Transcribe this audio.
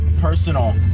personal